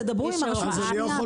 אז תדברו עם הרשות השנייה.